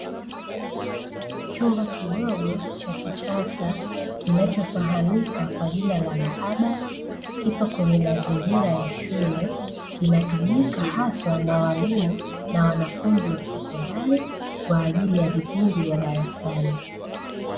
Chumba kidogo cha kisasa kinacho fahamika kwa jina la maabara kipo kwenye mazingira ya shule kinatumika haswa na walimu na wanafunzi wa sekondari kwaajili ya vipindi vya darasani.